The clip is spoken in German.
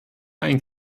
ein